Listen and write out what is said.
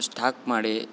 stock ಮಾಡಿ